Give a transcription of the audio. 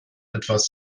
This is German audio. etwas